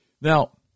Now